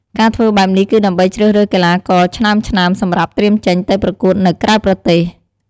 ការធ្វើបែបនេះគឺដើម្បីជ្រើសរើសកីឡាករឆ្នើមៗសម្រាប់ត្រៀមចេញទៅប្រកួតនៅក្រៅប្រទេស។